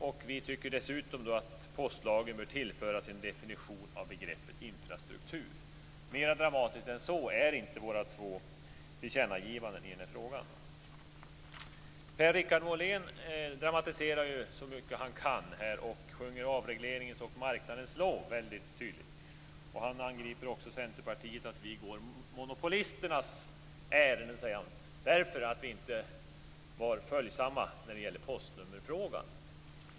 Dessutom tycker vi att postlagen bör tillföras en definition av begreppet infrastruktur. Mer dramatiska än så är inte våra två tillkännagivanden i frågan. Per-Richard Molén dramatiserar så mycket han kan här och sjunger väldigt tydligt avregleringens och marknadens lov. Han angriper också oss i Centerpartiet och säger att vi går monopolisternas ärenden därför att vi inte var följsamma i postnummerfrågan.